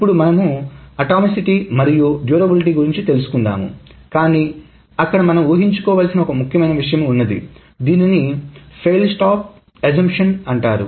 ఇప్పుడు మనము అటామిసిటీ మరియు డ్యూరబులిటటీ గురించి తెలుసుకుందాము కానీ అక్కడ మనం ఊహించుకోవలసిన ఒక ముఖ్యమైన విషయం ఉంది దీనిని ఫెయిల్ స్టాప్ అజంప్షన్ అంటారు